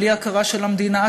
בלי הכרה של המדינה,